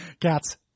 Cats